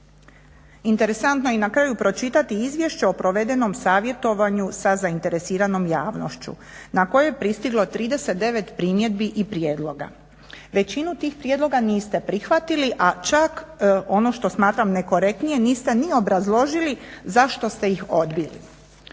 Interesantno je i na kraju pročitati izvješće o provedenom savjetovanju sa zainteresiranom javnošću na koje je pristiglo 39 primjedbi i prijedloga. Većinu tih prijedloga niste prihvatili a čak ono što smatram nekorektnije niste ni obrazložili zašto ste ih odbili.